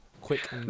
quick